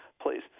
Please